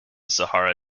sahara